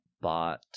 bought